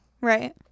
Right